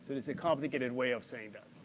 it's a complicated way of saying that.